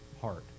heart